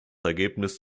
ergebnis